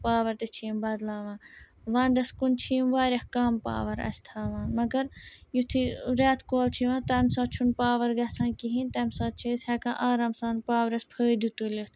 power تہِ چھِ یِم بَدلاوان وَندَس کُن چھِ یِم واریاہ کَم پاوَر اَسہِ تھاوان مگر یُتھُے رٮ۪تہٕ کول چھُ یِوان تَمہِ ساتہٕ چھُنہٕ پاوَر گژھان کِہیٖنۍ تَمہِ ساتہٕ چھِ أسۍ ہٮ۪کان آرام سان پاورَس فٲیدٕ تُلِتھ